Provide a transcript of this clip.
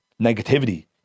negativity